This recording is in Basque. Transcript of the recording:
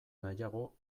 nahiago